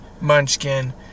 Munchkin